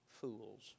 fools